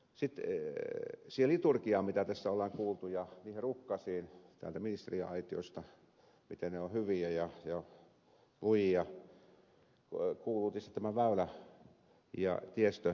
siihen liturgiaan mitä tässä on kuultu ja niihin rukkasiin täältä ministeriaitiosta miten ne ovat hyviä ja lujia kuuluvat tietysti väylä ja tiestörahat